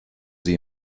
sie